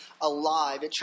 alive